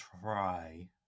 try